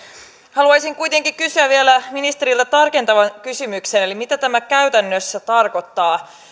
haluaisin kuitenkin kysyä vielä ministeriltä tarkentavan kysymyksen eli mitä tämä käytännössä tarkoittaa